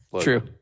True